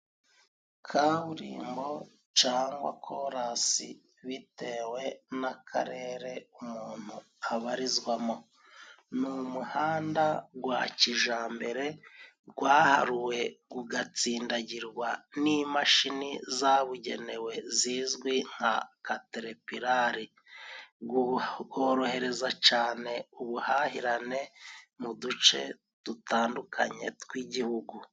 Kaburimbo cangwa kolasi bitewe n'akarere umuntu abarizwamo. Ni umuhanda gwa kijambere gwaharuwe gugatsindagirwa n'imashini zabugenewe zizwi nka katerepirare. Gorohereza cane ubuhahirane mu duce dutandukanye tw'Igihugu.